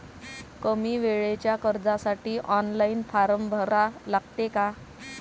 कमी वेळेच्या कर्जासाठी ऑनलाईन फारम भरा लागते का?